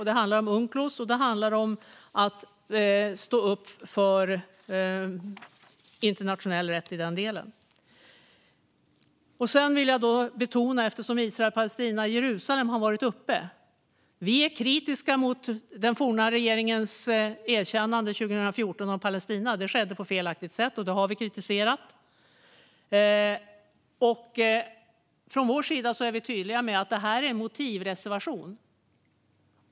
Det handlar om Unclos, och det handlar om att stå upp för internationell rätt i den delen. Eftersom Israel, Palestina och Jerusalem har tagits upp i debatten vill jag betona att vi är kritiska mot den forna regeringens erkännande av Palestina år 2014. Det skedde på ett felaktigt sätt, och vi har kritiserat det. Vi är tydliga med att detta är en motivreservation.